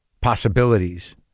possibilities